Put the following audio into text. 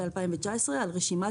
על רשימת